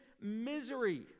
misery